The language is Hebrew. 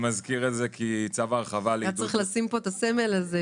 היה צריך לשים כאן את הסמל הזה,